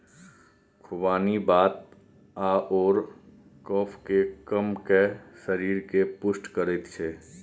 खुबानी वात आओर कफकेँ कम कए शरीरकेँ पुष्ट करैत छै